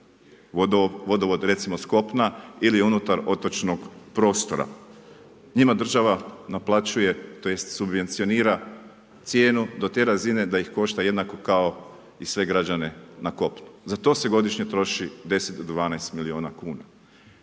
vodovod recimo s kopna ili unutar otočnog prostora. Njima država naplaćuje tj. subvencionira cijenu do te razine da ih košta jednako kao i sve građane na kopnu. Za to se godišnje troši 10 do 12 milijuna kuna.